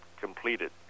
completed